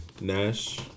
Nash